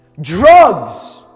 drugs